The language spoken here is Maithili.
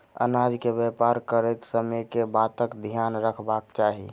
अनाज केँ व्यापार करैत समय केँ बातक ध्यान रखबाक चाहि?